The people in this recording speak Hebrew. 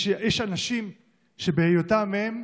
יש אנשים שבהיותם הם,